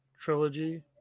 trilogy